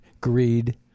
greed